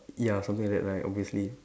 ya something like that right obviously